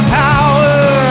power